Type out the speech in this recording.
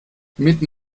mitten